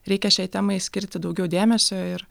reikia šiai temai skirti daugiau dėmesio ir